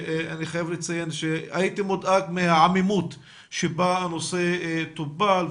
אני חייב לציין שהייתי מודאג מהעמימות שבה הנושא טופל,